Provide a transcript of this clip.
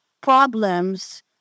problems